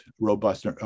robust